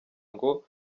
ngo